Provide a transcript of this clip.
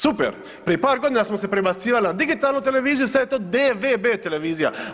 Super, prije par godina smo se prebacivali na digitalnu televiziju, sad je to DVB televizija.